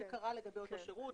שקרה לגבי אותו שירות.